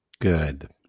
Good